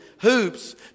hoops